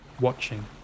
watching